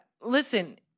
Listen